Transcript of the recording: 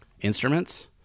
instruments